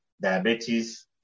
diabetes